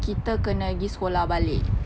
kita kena pergi sekolah balik